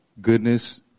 goodness